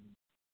ಹಾಂ